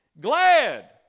glad